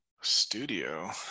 Studio